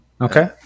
Okay